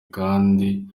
kandi